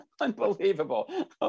Unbelievable